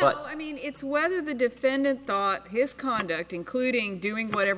but i mean it's whether the defendant thought his conduct including doing whatever